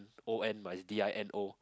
O_N but is D_I_N_O